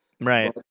Right